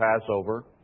Passover